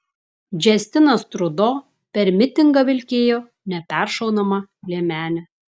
džastinas trudo per mitingą vilkėjo neperšaunamą liemenę